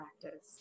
practice